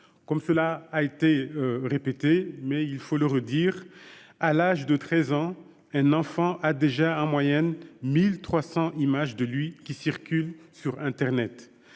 Cela a été répété, mais il faut le redire, à l'âge de 13 ans, un enfant a déjà en moyenne 1 300 images de lui qui circulent sur internet